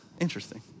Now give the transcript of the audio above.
Interesting